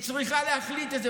היא צריכה להחליט את זה.